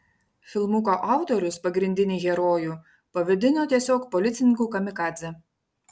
filmuko autorius pagrindinį herojų pavadino tiesiog policininku kamikadze